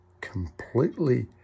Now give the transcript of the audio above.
completely